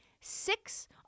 six